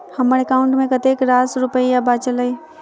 हम्मर एकाउंट मे कतेक रास रुपया बाचल अई?